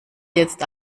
jetzt